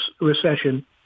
recession